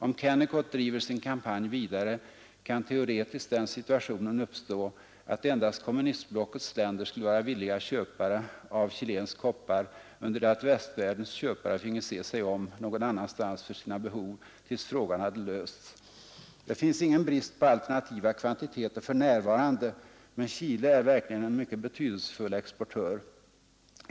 Om Kennecott driver sin kampanj vidare kan teoretiskt den situationen uppstå att endast kommunistblockets länder skulle vara villiga köpare av chilensk koppar under det att västvärldens köpare finge se sig om någon annanstans för sina behov tills frågan hade lösts. Det finns ingen brist på alternativa kvantiteter för närvarande, men Chile är verkligen en mycket betydelsefull exportör.